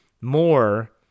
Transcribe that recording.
more